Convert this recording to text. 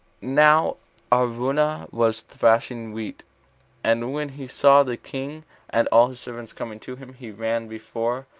now araunah was thrashing wheat and when he saw the king and all his servants coming to him, he ran before,